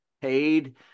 paid